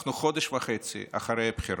אנחנו חודש וחצי אחרי הבחירות.